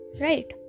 Right